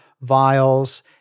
vials